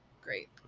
great